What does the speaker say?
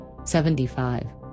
75